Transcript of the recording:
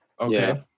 okay